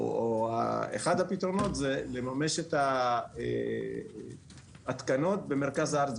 או אחד הפתרונות, הוא לממש את ההתקנות במרכז הארץ.